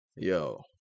Yo